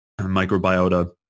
microbiota